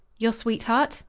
your sweetheart?